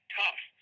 tough